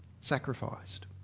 sacrificed